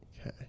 Okay